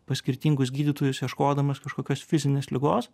pas skirtingus gydytojus ieškodamas kažkokios fizinės ligos